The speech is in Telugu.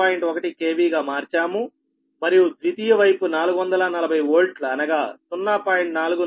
1 KV గా మార్చాము మరియు ద్వితీయ వైపు 440 V అనగా 0